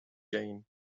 gain